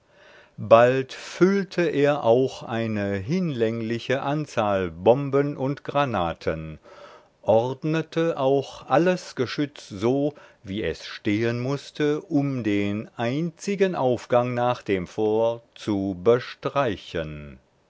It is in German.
bald füllte er auch eine hinlängliche zahl bomben und granaten ordnete auch alles geschütz so wie es stehen mußte um den einzigen aufgang nach dem fort zu bestreichen